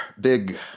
big